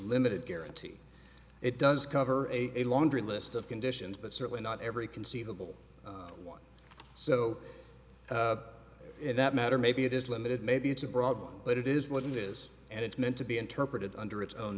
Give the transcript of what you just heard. limited guarantee it does cover a laundry list of conditions but certainly not every conceivable one so in that matter maybe it is limited maybe it's a problem but it is what it is and it's meant to be interpreted under its own